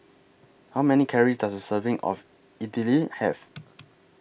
How Many Calories Does A Serving of Idili Have